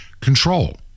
Control